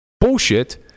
bullshit